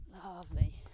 Lovely